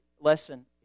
lesson